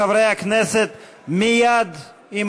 חברי הכנסת, מייד עם